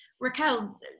Raquel